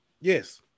Yes